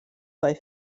bei